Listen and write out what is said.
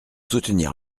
soutenir